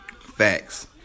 Facts